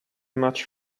much